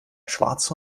schwarze